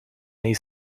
nei